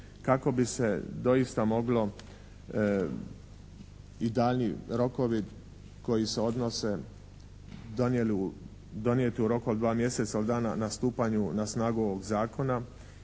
kako bi se doista moglo i daljnji rokovi koji se odnose donijeti u roku od dva mjeseca od dana stupanja na snagu ovog zakona